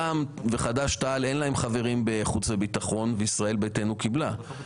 רעם וחד"ש-תע"ל אין להם חברים בחוץ וביטחון וישראל ביתנו קיבלה.